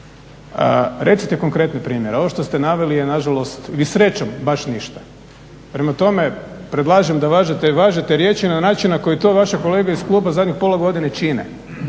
Recite konkretne primjere, ovo što ste naveli je nažalost i srećom, baš ništa. Prema tome, predlažem da važete i važete riječi na način na koji to vaši kolege iz kluba zadnjih pola godine čine.